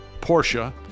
Porsche